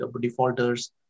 defaulters